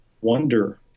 wonder